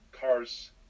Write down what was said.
cars